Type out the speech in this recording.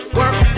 work